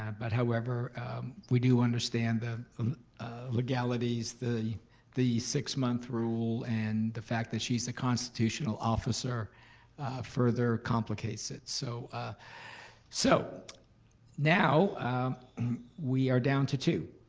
but however we do understand the legalities, the the six-month rule and the fact that she's a constitutional officer further complicates it, so now now we are down to two,